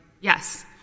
Yes